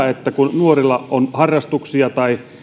että kun nuorilla on harrastuksia tai